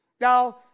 Now